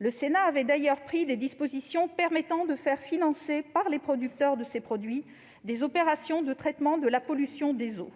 Le Sénat avait d'ailleurs pris des dispositions permettant de faire financer par les producteurs des opérations de traitement de la pollution des eaux.